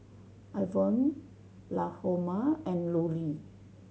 Ivonne Lahoma and Lulie